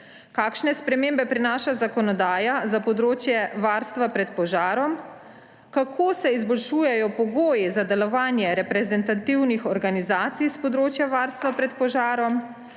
kakšne spremembe prinaša zakonodaja za področje varstva pred požarom, kako se izboljšujejo pogoji za delovanje reprezentativnih organizacij s področja varstva pred požarom.